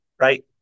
right